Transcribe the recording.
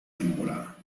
temporada